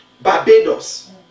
Barbados